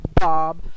Bob